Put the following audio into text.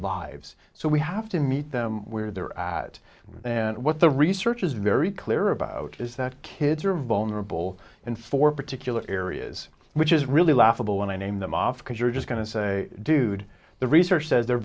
lives so we have to meet them where they're at and what the research is very clear about is that kids are vulnerable and for particular areas which is really laughable when i name them off because you're just going to say dude the research says they're